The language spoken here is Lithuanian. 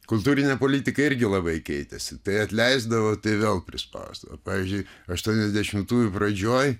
kultūrinė politika irgi labai keitėsi tai atleisdavo tai vėl prispausdavo pavyzdžiui aštuoniasdešimtųjų pradžioj